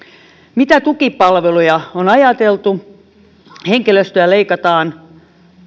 mitä tukipalveluja on ajateltu henkilöstöstä leikataan